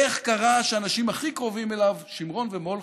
איך קרה שהאנשים הכי קרובים אליו, שמרון ומולכו,